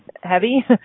heavy